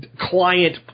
client